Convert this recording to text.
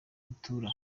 rutura